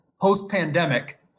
post-pandemic